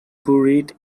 buried